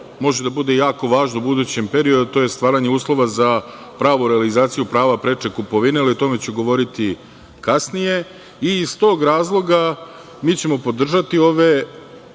može da bude jako važno u budućem periodu, a to je stvaranje uslova za pravu realizaciju prava preče kupovine, ali o tome ću govoriti kasnije i iz tog razloga, mi ćemo podržati ova